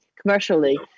commercially